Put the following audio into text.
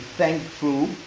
thankful